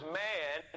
man